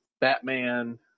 Batman